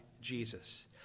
Jesus